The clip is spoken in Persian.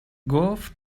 گفت